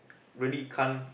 really can't